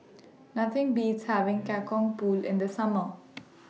Nothing Beats having Kacang Pool in The Summer